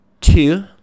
two